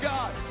God